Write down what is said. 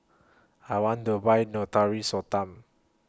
I want to Buy Natura